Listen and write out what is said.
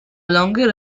longer